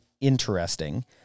interesting